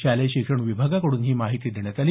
शालेय शिक्षण विभागाकडून ही माहिती देण्यात आली